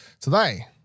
Today